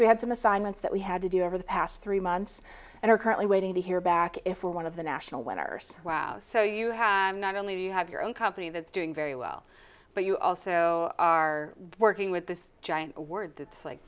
we had some assignments that we had to do over the past three months and are currently waiting to hear back if one of the national winners wow so you have not only do you have your own company that's doing very well but you also are working with the word that like